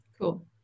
Cool